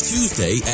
Tuesday